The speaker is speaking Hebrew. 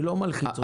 אני לא מלחיץ אותך.